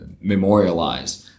memorialize